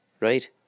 right